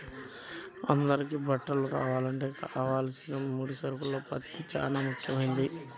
అందరికీ బట్టలు రావాలంటే కావలసిన ముడి సరుకుల్లో పత్తి చానా ముఖ్యమైంది